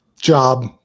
job